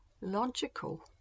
logical